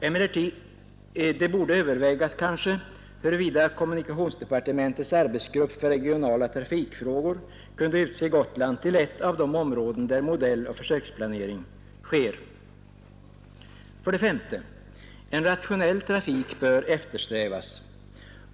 Eventuellt borde övervägas huruvida kommunikationsdepartementets arbetsgrupp för regionala trafikfrågor kunde utse Gotland till ett av de områden där modelloch försöksplanering sker. S. En rationell trafik bör eftersträvas.